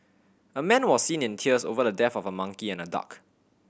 a man was seen in tears over the death of a monkey and a duck